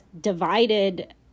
divided